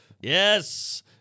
Yes